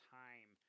time